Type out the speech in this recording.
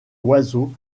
oiseaux